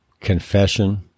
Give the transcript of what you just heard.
confession